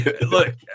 Look